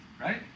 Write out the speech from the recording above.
Right